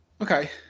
Okay